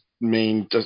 main